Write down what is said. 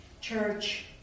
Church